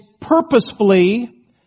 purposefully